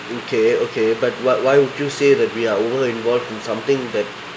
okay okay but what why would you say that we are over and something that